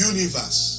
Universe